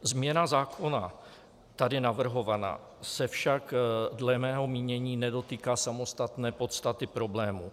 Změna zákona tady navrhovaná se však dle mého mínění nedotýká samostatné podstaty problému.